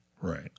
Right